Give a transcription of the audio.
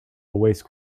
waste